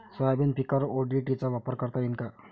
Soybean पिकावर ODT चा वापर करता येईन का?